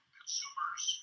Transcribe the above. consumers